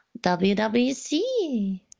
WWC